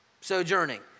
sojourning